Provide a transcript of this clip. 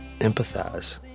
empathize